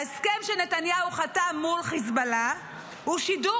ההסכם שנתניהו חתם מול חיזבאללה הוא שידור